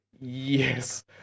Yes